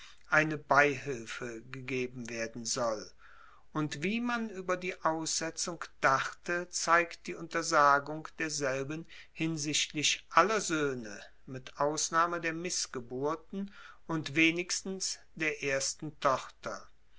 eine beihilfe gegeben werden soll und wie man ueber die aussetzung dachte zeigt die untersagung derselben hinsichtlich aller soehne mit ausnahme der missgeburten und wenigstens der ersten tochter